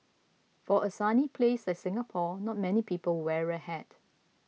for a sunny place like Singapore not many people wear a hat